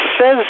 says